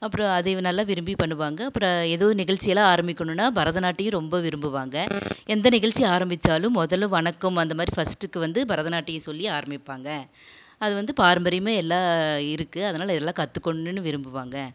அப்புறம் அதையும் நல்லா விரும்பி பண்ணுவாங்கள் அப்புறம் எதுவும் நிகழ்ச்சியெல்லாம் ஆரம்பிக்கணும்னா பரதநாட்டியம் ரொம்ப விரும்புவாங்கள் எந்த நிகழ்ச்சியை ஆரம்பிச்சாலும் முதல்ல வணக்கம் அந்தமாதிரி ஃபர்ஸ்ட்டுக்கு வந்து பரதநாட்டியம் சொல்லி ஆரம்பிப்பாங்கள் அது வந்து பாரம்பரியமாக எல்லா இருக்குது அதனால் எல்லாம் கத்துக்கணும்னு விரும்புவாங்கள்